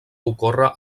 ocórrer